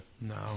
No